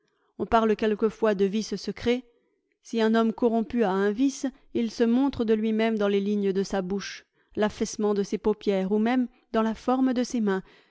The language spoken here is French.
on parle quelquefois de vices secrets si un homme corrompu a un vice il se montre de lui-même dans les lignes de sa bouche l'affaissement de ses paupières ou même dans la forme de ses mains